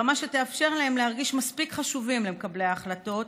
לרמה שתאפשר להם להרגיש מספיק חשובים למקבלי ההחלטות,